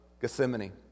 Gethsemane